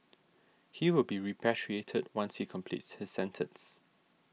he will be repatriated once he completes his sentence